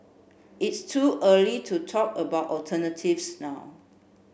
it's too early to talk about alternatives now